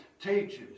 teaches